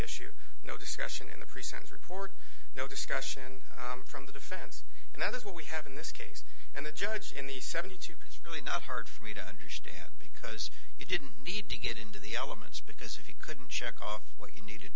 issue no discretion in the pre sentence report no discussion from the defense and that's what we have in this case and the judge in the seventy two years really not hard for me to understand because you didn't need to get into the elements because if you couldn't check off what you needed